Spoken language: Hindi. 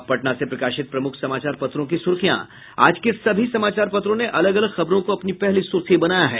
अब पटना से प्रकाशित प्रमुख समाचार पत्रों की सुर्खियां आज के सभी समाचार पत्रों ने अलग अलग खबरों को अपनी पहली सुर्खी बनाया है